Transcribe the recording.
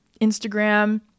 Instagram